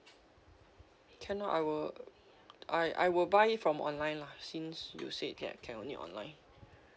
can lor I will I I will buy from online lah since you say ca~ can only online